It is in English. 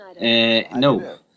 no